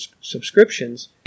subscriptions